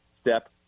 step